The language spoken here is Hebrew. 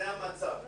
זה המצב.